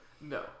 No